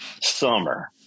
summer